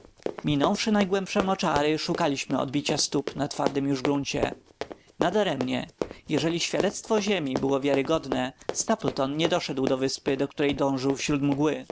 odrazu minąwszy najgłębsze moczary szukaliśmy odbicia stóp na twardym już gruncie nadaremnie jeśli świadectwo ziemi było wiarogodne stapleton nie doszedł do wyspy ku której dążył wśród mgły